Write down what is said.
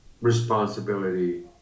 responsibility